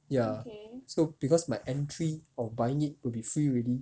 ya so because my entry of buying it will be free already